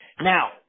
Now